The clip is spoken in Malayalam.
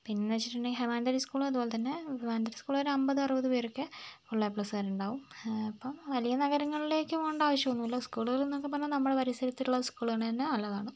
പിന്നെ വെച്ചിട്ടുണ്ടെങ്കിൽ മാനന്തവാടി സ്കൂളും അതുപോലെതന്നെ മാനന്തവാടി സ്കൂളിലൊരു അമ്പത് അറുപത് പേരൊക്കെ ഫുൾ എ പ്ലസുകാരുണ്ടാവും അപ്പം വലിയ നഗരങ്ങളിലേക്ക് പോവേണ്ട ആവശ്യം ഒന്നുമില്ല സ്കൂളുകൾ എന്നൊക്കെ പറഞ്ഞാൽ നമ്മുടെ പരിസരത്തുള്ള സ്കൂളുകൾ തന്നെ നല്ലതാണ്